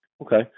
Okay